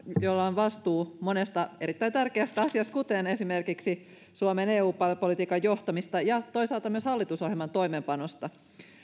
jolla on vastuu monesta erittäin tärkeästä asiasta kuten esimerkiksi suomen eu politiikan johtamisesta ja toisaalta myös hallitusohjelman toimeenpanosta